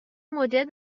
مدیریت